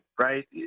right